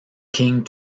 king